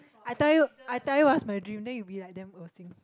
I tell you I tell you what's my dream then you'll be like damn 恶心